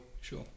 Sure